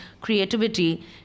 creativity